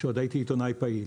כשעוד הייתי עיתונאי פעיל.